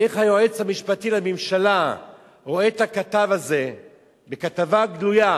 איך היועץ המשפטי לממשלה רואה את הכתב הזה בכתבה בדויה,